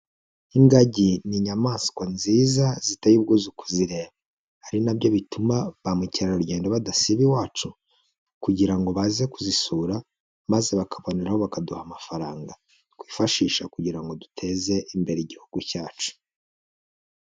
Ingagi ni inyamaswa nziza ziteye ubwuzu kuzireba. Ari na byo bituma ba mukerarugendo badasiba iwacu! Kugira ngo baze kuzisura maze bakaboneraho bakaduha amafaranga, twifashisha kugira ngo duteze imbere Igihugu cyacu.